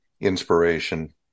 inspiration